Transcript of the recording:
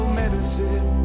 medicine